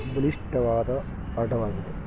ಬಲಿಷ್ಠವಾದ ಆಟವಾಗಿದೆ